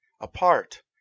apart